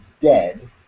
dead